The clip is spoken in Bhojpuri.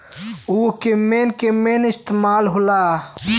उव केमन केमन इस्तेमाल हो ला?